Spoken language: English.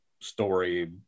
story